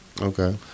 Okay